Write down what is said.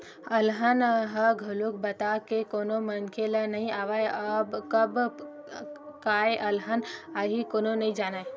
अलहन ह घलोक बता के कोनो मनखे ल नइ आवय, कब काय अलहन आही कोनो नइ जानय